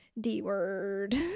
D-word